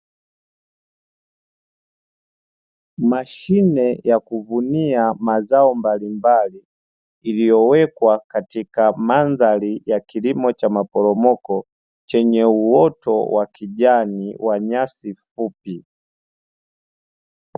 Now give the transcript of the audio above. mashine ya kuvunia mazao mablambali iliyowekwa katika mandhari ya kilimo cha maporomoko chenye uoto wa kijani wa nyasi fupi.